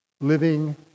living